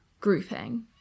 grouping